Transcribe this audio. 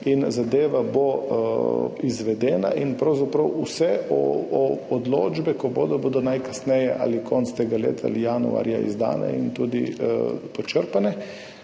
in zadeva bo izvedena. Pravzaprav vse odločbe, ko bodo, bodo najkasneje ali konec tega leta ali januarja izdane in tudi počrpane,